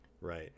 Right